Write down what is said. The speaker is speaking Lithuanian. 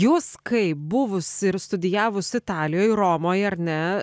jūs kaip buvus ir studijavus italijoj romoj ar ne